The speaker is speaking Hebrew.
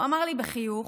הוא אמר לי בחיוך: